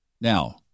Now